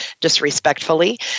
disrespectfully